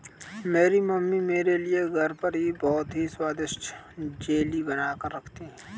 मेरी मम्मी मेरे लिए घर पर ही बहुत ही स्वादिष्ट जेली बनाकर रखती है